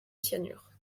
cyanure